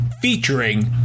featuring